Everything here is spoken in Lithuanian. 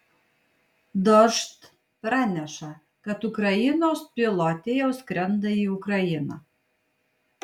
dožd praneša kad ukrainos pilotė jau skrenda į ukrainą